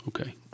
Okay